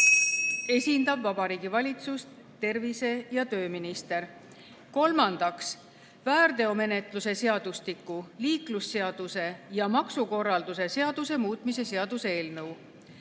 esindab Vabariigi Valitsust tervise‑ ja tööminister. Kolmandaks, väärteomenetluse seadustiku, liiklusseaduse ja maksukorralduse seaduse muutmise seaduse eelnõu.